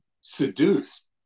seduced